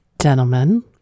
Gentlemen